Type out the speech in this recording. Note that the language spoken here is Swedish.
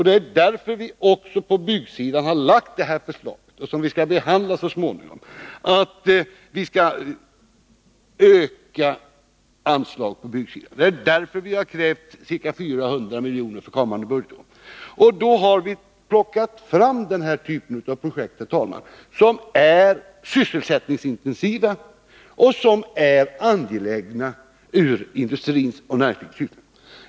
Det är därför som vi har lagt fram detta förslag, som vi skall behandla så småningom, om att öka anslagen på byggsidan. Vi har krävt ca 400 miljoner för kommande budgetår. Vi har plockat fram projekt, herr talman, som är sysselsättningsintensiva och som är angelägna ur industrins och näringslivets synpunkt.